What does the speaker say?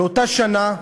באותה שנה,